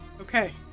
Okay